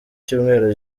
cyumweru